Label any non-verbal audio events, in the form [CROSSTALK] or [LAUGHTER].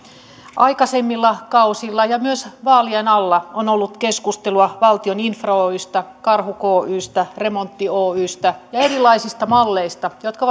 aikaisemmilla kausilla ja myös vaalien alla on ollut keskustelua valtion infra oystä karhu oystä remontti oystä ja erilaisista malleista jotka [UNINTELLIGIBLE]